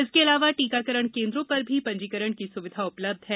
इसके अलावा टीकाकरण केन्द्रों पर भी पंजीकरण की सुविधा उपलब्ध है